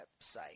website